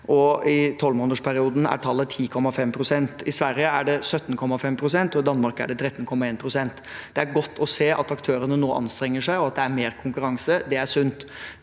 i tolvmånedersperioden er tallet 10,5 pst. I Sverige er det 17,5 pst., og i Danmark er det 13,1 pst. Det er godt å se at aktørene nå anstrenger seg, og at det er mer konkurranse. Det er sunt.